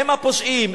הם הפושעים.